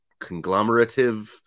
conglomerative